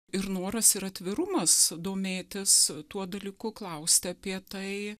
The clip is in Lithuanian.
ir noras ir atvirumas domėtis tuo dalyku klausti apie tai